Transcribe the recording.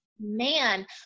Man